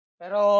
pero